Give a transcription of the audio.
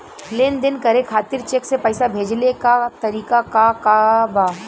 लेन देन करे खातिर चेंक से पैसा भेजेले क तरीकाका बा?